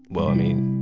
well, i mean,